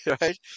right